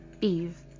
eve